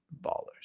ballers